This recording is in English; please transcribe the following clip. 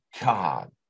God